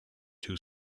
two